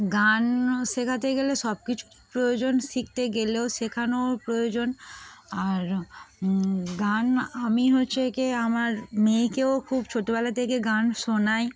গান শেখাতে গেলে সব কিছুর প্রয়োজন শিখতে গেলেও শেখানো প্রয়োজন আর গান আমি হচ্ছে ক আমার মেয়েকেও খুব ছোটোবেলা থেকে গান শোনাই